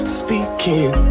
speaking